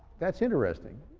that's interesting.